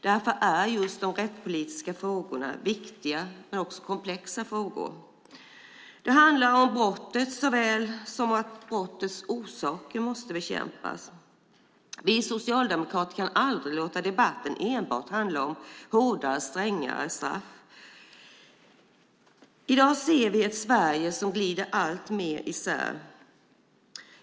Därför är just de rättspolitiska frågorna viktiga men också komplexa. Det handlar om brottet såväl som att brottets orsaker måste bekämpas. Vi socialdemokrater kan aldrig låta debatten enbart handla om hårdare, strängare straff. I dag ser vi ett Sverige som glider alltmer isär.